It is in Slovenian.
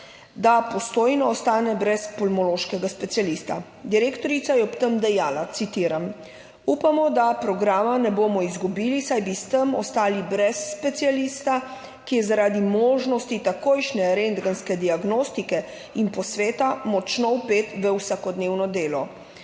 da Postojna ostane brez pulmološkega specialista. Direktorica je ob tem dejala, citiram: »Upamo, da programa ne bomo izgubili, saj bi s tem ostali brez specialista, ki je zaradi možnosti takojšnje rentgenske diagnostike in posveta močno vpet v vsakodnevno delo.